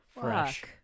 Fresh